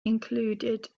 included